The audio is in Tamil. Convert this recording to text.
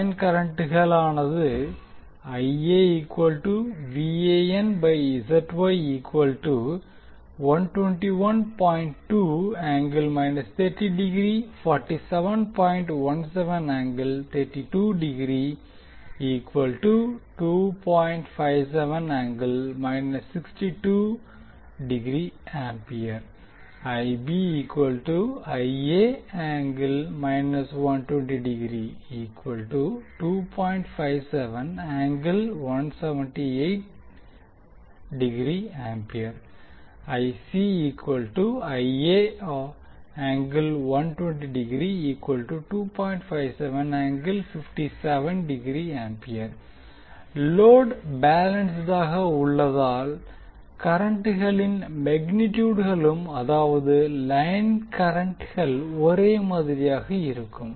லைன் கரண்ட்களானது லோடு பேலன்ஸ்ட் ஆக உள்ளதால் கரண்ட்களின் மெக்னிடியூட்களும் அதாவது லைன் கரண்ட்கள் ஒரே மாதிரியாக இருக்கும்